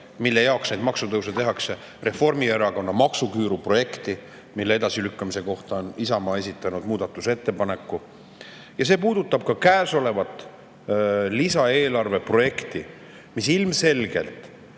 mille jaoks neid maksutõuse tehakse ja mille edasilükkamise kohta on Isamaa esitanud muudatusettepaneku. Ja see puudutab ka käesolevat lisaeelarve projekti, mis ilmselgelt